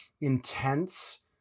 intense